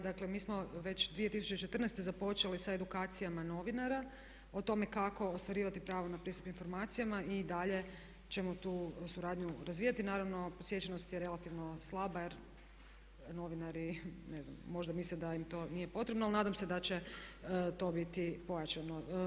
Dakle, mi smo već 2014. započeli sa edukacijom novinara, o tome kako ostvarivati pristup informacijama i dalje ćemo tu suradnju razvijati, naravno posjećenost je relativno slaba jer novinari možda misle da im to nije potrebno ali nadam se da će to biti pojačano.